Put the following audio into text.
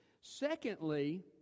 secondly